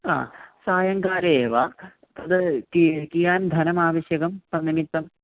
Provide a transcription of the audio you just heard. हा सायङ्काले एव तद् किं कियत् धनम् आवश्यकं तन्निमित्तं